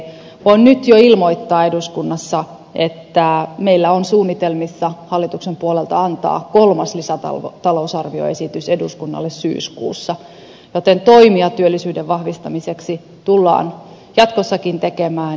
voin nyt jo ilmoittaa eduskunnassa että meillä on suunnitelmissa hallituksen puolelta antaa kolmas lisätalousarvioesitys eduskunnalle syyskuussa joten toimia työllisyyden vahvistamiseksi tullaan jatkossakin tekemään